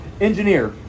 engineer